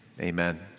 amen